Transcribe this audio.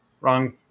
Wrong